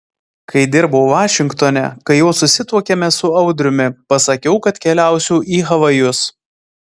kai dirbau vašingtone kai jau susituokėme su audriumi pasakiau kad keliausiu į havajus